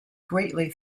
greatly